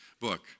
book